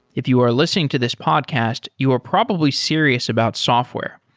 if you are listening to this podcast, you are probably serious about software.